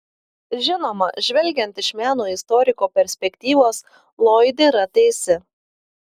žinoma žvelgiant iš meno istoriko perspektyvos loyd yra teisi